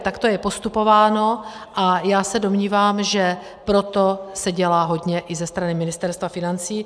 Takto je postupováno a já se domnívám, že pro to se dělá hodně i ze strany Ministerstva financí.